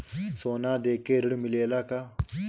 सोना देके ऋण मिलेला का?